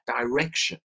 direction